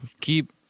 keep